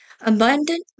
Abundant